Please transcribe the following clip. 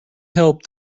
help